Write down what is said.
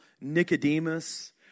Nicodemus